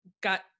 got